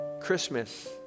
Christmas